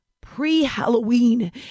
Pre-Halloween